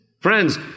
Friends